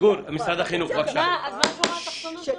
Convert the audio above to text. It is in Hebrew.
מה השורה התחתונה?